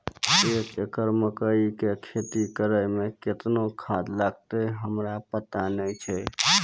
एक एकरऽ मकई के खेती करै मे केतना खाद लागतै हमरा पता नैय छै?